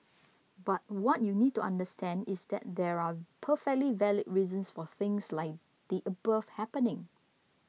but what you need to understand is that there are perfectly valid reasons for things like the above happening